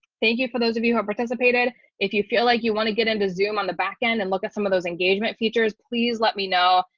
thank you for those of you who participated if you feel like you want to get into zoom on the back end and look at some of those engagement features, please let me know.